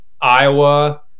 iowa